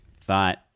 Thought